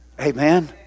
Amen